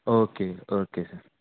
okay okay sir